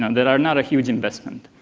and that are not a huge investment.